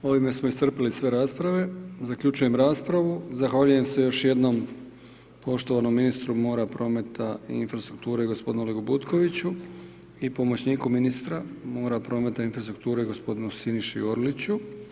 Ovime smo iscrpili sve rasprave, zaključujem raspravu, zahvaljujem se još jednom poštovanom ministru mora, prometa i infrastrukture, gospodinu Olegu Butkoviću i pomoćniku ministru mora, prometa i infrastrukture gospodinu Siniši Orliću.